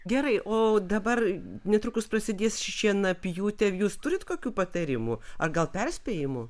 gerai o dabar netrukus prasidės šienapjūtė jūs turit kokių patarimų ar gal perspėjimų